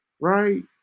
right